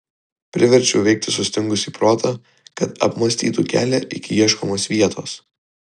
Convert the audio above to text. priverčiau veikti sustingusį protą kad apmąstytų kelią iki ieškomos vietos